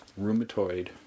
rheumatoid